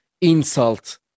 insult